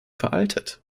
veraltet